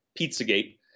Pizzagate